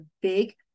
big